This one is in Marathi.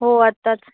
हो आत्ताच